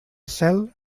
cel